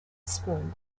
spoon